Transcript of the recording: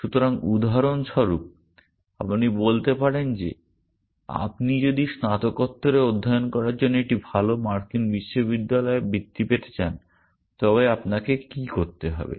সুতরাং উদাহরণস্বরূপ আপনি বলতে পারেন যে আপনি যদি স্নাতকোত্তরে অধ্যয়ন করার জন্য একটি ভাল মার্কিন বিশ্ববিদ্যালয়ে বৃত্তি পেতে চান তবে আপনাকে কী করতে হবে